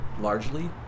largely